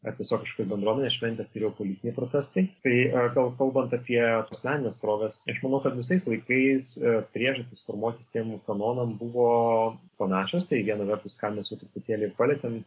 ar tiesiog kažkok bendruomenės šventėse ir jau politiniai protestai tai dar kalbant apie asmenines progas aš manau kad visais laikais priežastys formuotis tiem kanonam buvo panašios tai viena vertus ką mes jau truputėlį ir palietėm